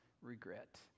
regret